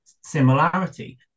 similarity